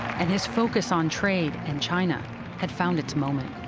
and his focus on trade and china had found its moment.